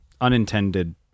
unintended